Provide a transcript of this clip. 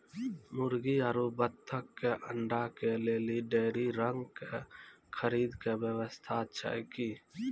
मुर्गी आरु बत्तक के अंडा के लेली डेयरी रंग के खरीद के व्यवस्था छै कि?